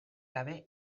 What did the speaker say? gabe